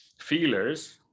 feelers